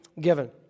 given